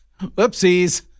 Whoopsies